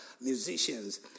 musicians